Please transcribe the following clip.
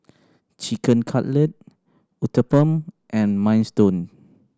Chicken Cutlet Uthapam and Minestrone